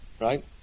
right